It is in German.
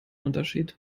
unterschied